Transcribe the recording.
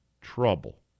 trouble